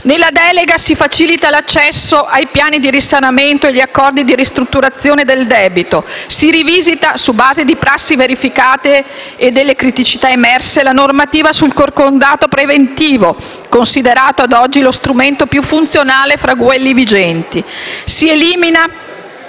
Nella delega si facilita l'accesso ai piani di risanamento e agli accordi di ristrutturazione del debito; si rivisita, sulla base delle prassi verificate e delle criticità emerse, la normativa sul concordato preventivo, considerato ad oggi lo strumento più funzionale tra quelli vigenti; si elimina